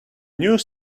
news